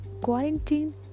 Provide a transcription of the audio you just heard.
quarantine